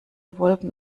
wolken